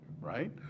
right